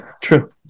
true